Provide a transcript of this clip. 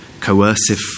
Coercive